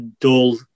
dull